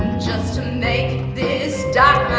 just to make this